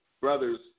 Brothers